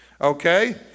Okay